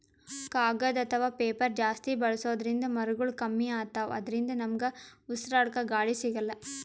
ಕಾಗದ್ ಅಥವಾ ಪೇಪರ್ ಜಾಸ್ತಿ ಬಳಸೋದ್ರಿಂದ್ ಮರಗೊಳ್ ಕಮ್ಮಿ ಅತವ್ ಅದ್ರಿನ್ದ ನಮ್ಗ್ ಉಸ್ರಾಡ್ಕ ಗಾಳಿ ಸಿಗಲ್ಲ್